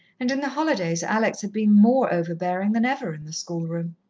and in the holidays alex had been more overbearing than ever in the schoolroom.